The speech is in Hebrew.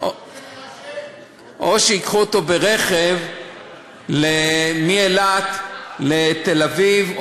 או שייקחו אותו ברכב מאילת לתל-אביב,